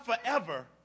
forever